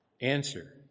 answer